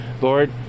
Lord